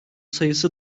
sayısı